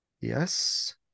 yes